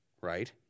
right